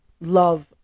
love